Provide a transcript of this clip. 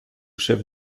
chef